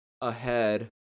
ahead